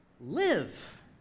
Live